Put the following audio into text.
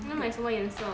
你要买什么颜色